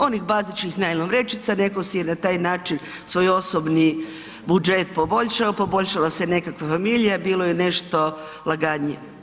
Onih bazičnih najlon vrećica, netko si je na taj način svoj osobni budžet poboljšao, poboljšala se nekakva familija, bilo je nešto laganije.